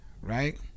Right